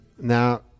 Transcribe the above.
Now